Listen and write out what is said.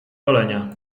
golenia